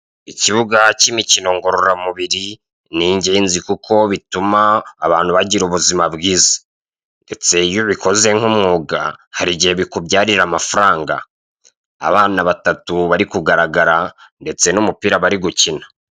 Ikibuga k'imikino ngororamubiri ni ingenzi kuko bituma abantu bagira ubuzima bwiza. Ndetse iyo ubikoze nk'umwuga hari igihe bikubyarira amafaranga. Abana batatu bari kugaragara ndetse n'umupira bari gukina.